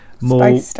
more